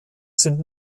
sind